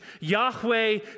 Yahweh